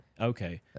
Okay